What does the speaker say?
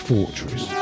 Fortress